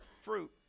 fruit